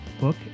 book